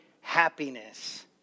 happiness